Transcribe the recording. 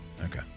Okay